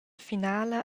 finala